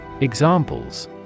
Examples